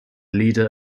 leader